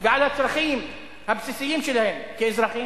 ועל הצרכים הבסיסיים שלהם כאזרחים.